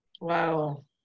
Wow